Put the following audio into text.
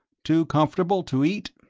too comfortable to eat?